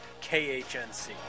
KHNC